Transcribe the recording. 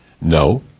No